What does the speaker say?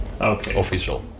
official